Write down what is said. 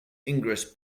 ingress